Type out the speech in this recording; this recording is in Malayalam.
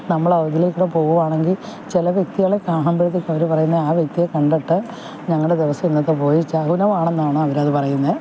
നമ്മൾ അതിലെ കൂടെ പോവുവാണെങ്കിൽ ചില വ്യക്തികളെ കാണുമ്പോഴത്തേക്കും അവർ പറയുന്നത് ആ വ്യക്തിയെ കണ്ടിട്ട് ഞങ്ങളുടെ ദിവസം ഇന്നത്തെ പോയി ശകുനമാണെന്നാണ് അവർ അത് പറയുന്നത്